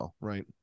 right